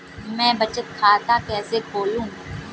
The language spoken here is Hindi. मैं बचत खाता कैसे खोलूं?